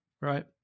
Right